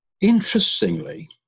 interestingly